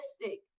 realistic